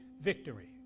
victory